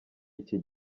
iki